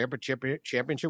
championship